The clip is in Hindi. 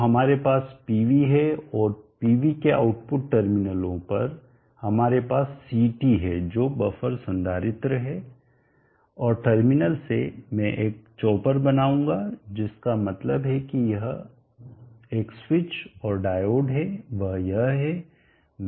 तो हमारे पास पीवी है और पीवी के आउटपुट टर्मिनलों पर हमारे पास CT है जो बफर संधारित्र है और टर्मिनल से मैं एक चॉपर बनाऊंगा जिसका मतलब है कि एक स्विच और डायोड है वह यह है